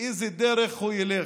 באיזה דרך הוא ילך,